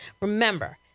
remember